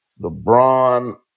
LeBron